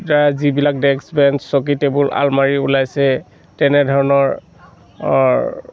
দ্বাৰা যিবিলাক desk bench চকী টেবুল আলমাৰি ওলাইছে তেনেধৰণৰ